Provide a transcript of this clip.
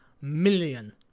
million